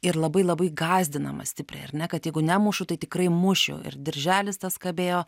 ir labai labai gąsdinama stipriai ar ne kad jeigu nemušu tai tikrai mušiu ir dirželis tas kabėjo